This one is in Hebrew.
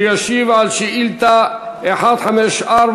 וישיב על שאילתה 154,